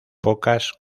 pocas